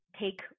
take